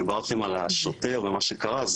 דיברתם על השוטר ומה שקרה,